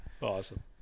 Awesome